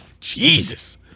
Jesus